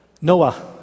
Noah